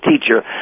teacher